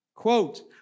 Quote